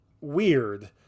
weird